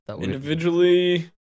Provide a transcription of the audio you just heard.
individually